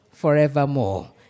forevermore